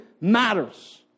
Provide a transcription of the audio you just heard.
Matters